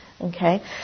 Okay